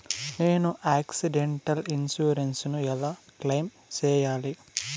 నేను accidental insurance ను ఎలా క్లెయిమ్ సేయాలి?